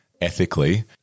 ethically